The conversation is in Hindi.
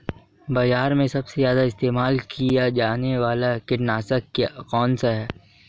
बाज़ार में सबसे ज़्यादा इस्तेमाल किया जाने वाला कीटनाशक कौनसा है?